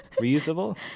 reusable